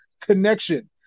connection